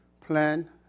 plan